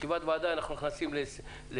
בישיבת ועדה אנחנו נכנסים לרשמיות.